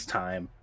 time